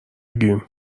بگیریم